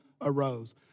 arose